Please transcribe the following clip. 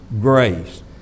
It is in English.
grace